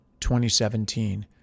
2017